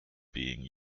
being